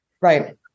Right